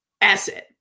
asset